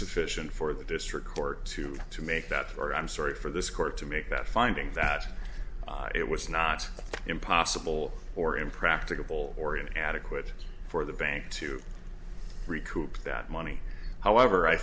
sufficient for the district court to to make that or i'm sorry for this court to make that finding that it was not impossible or impracticable or an adequate for the bank to recoup that money however i